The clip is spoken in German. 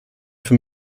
für